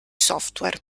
software